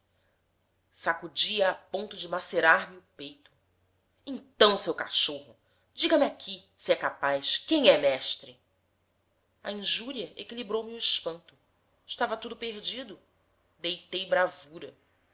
sacudia a ponto de macerar me o peito então seu cachorro sic diga me aqui se é capaz quem é mestre a injúria equilibrou me do espanto estava tudo perdido deitei bravura